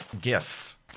Gif